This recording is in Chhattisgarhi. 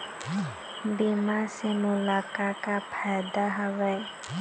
बीमा से मोला का का फायदा हवए?